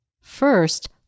First